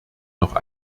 noch